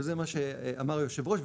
וזה מה שאמר יושב הראש,